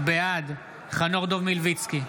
בעד חנוך דב מלביצקי,